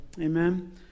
Amen